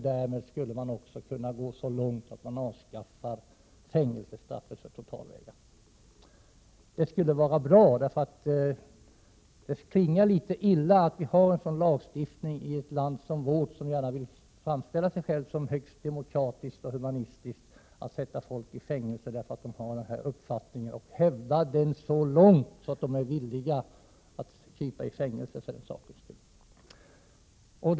Därmed skulle vi kunna gå så långt som till att avskaffa fängelsestraffet för totalvägran. Det skulle vara bra, för det klingar litet illa att vi i vårt land, som gärna vill framställa oss själva som högst demokratiska och humana, har en lagstiftning som innebär att vi sätter folk i fängelse, därför att de har en viss uppfattning och hävdar den så långt att de är villiga att sitta i fängelse för den sakens skull.